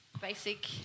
Basic